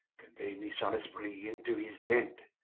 conuey me salisbury into his tent,